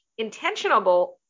Intentionable